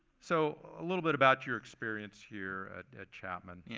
so a little bit about your experience here at chapman.